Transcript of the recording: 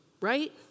right